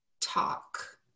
talk